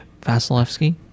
Vasilevsky